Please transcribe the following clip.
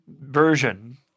version